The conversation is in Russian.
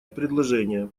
предложения